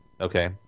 Okay